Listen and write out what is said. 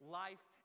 life